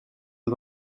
est